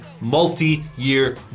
multi-year